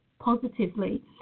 positively